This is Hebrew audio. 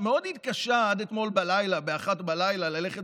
שמאוד התקשה עד אתמול ב-01:00 ללכת